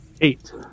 eight